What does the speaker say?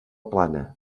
plana